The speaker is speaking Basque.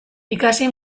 ikasi